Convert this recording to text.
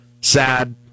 sad